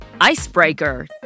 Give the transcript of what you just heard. Icebreaker